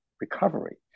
recovery